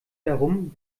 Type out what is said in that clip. darum